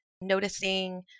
noticing